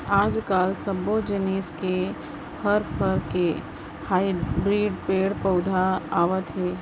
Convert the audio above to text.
आजकाल सब्बो जिनिस के फर, फर के हाइब्रिड पेड़ पउधा आवत हे